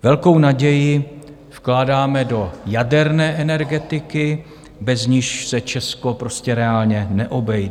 Velkou naději vkládáme do jaderné energetiky, bez níž se Česko prostě reálně neobejde.